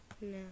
no